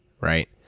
right